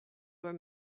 were